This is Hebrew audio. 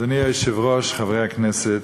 אדוני היושב-ראש, חברי הכנסת,